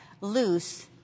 loose